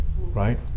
right